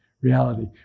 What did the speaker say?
reality